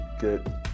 Good